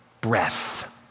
breath